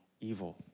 evil